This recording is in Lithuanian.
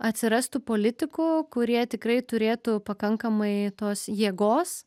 atsirastų politikų kurie tikrai turėtų pakankamai tos jėgos